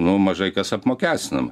nu mažai kas apmokestinama